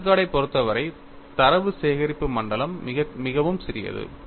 வெஸ்டர்கார்டைப் பொறுத்தவரை தரவு சேகரிப்பு மண்டலம் மிகவும் சிறியது